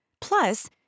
plus